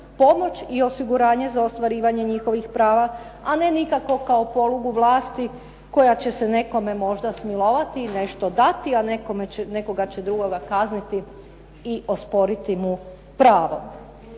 i osiguranje za ostvarivanje njihovih prava, a ne nikako kao polugu vlasti koja će se nekome možda smilovati i nešto dati, a nekoga će drugoga kazniti i osporiti mu pravo.